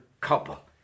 couple